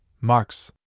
Marks